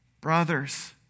Brothers